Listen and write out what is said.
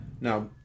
Now